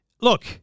look